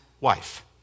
wife